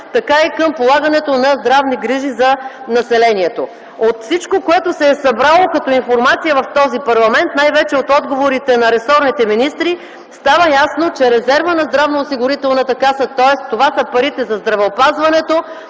така и към полагането на здравни грижи за населението. От всичко, което се е събрало като информация в този парламент, най-вече от отговорите на ресорните министри става ясно, че резервът на Националната здравноосигурителна каса, тоест това са парите за здравеопазването,